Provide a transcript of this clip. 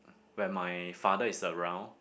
when my father is around